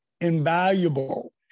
invaluable